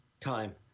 time